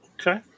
Okay